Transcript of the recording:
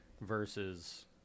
versus